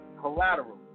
collateral